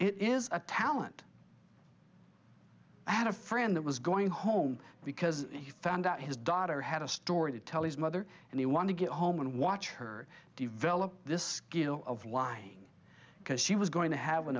it is a talent i had a friend that was going home because he found out his daughter had a story to tell his mother and he wanted to get home and watch her develop this skill of lying because she was going to have an